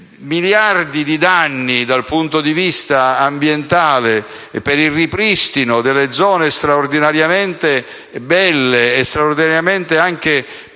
miliardi di danni dal punto di vista ambientale per il ripristino di zone straordinariamente belle e dalle straordinarie potenzialità